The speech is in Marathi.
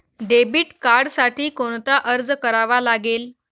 डेबिट कार्डसाठी कोणता अर्ज करावा लागेल?